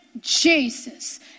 Jesus